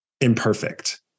imperfect